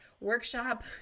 workshop